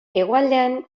hegoaldean